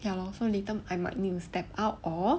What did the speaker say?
ya lor so later I might need to step out or